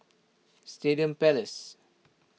Stadium Place